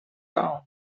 down